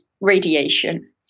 radiation